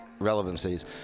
relevancies